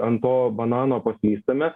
ant to banano paslystame